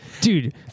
dude